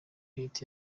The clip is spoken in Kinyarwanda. hit